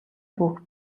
түүх